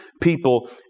people